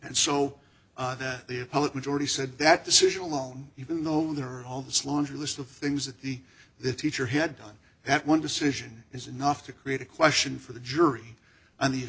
and so that the appellate majority said that decision alone even though there are all this laundry list of things that the the teacher had done that one decision is enough to create a question for the jury and the